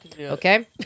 Okay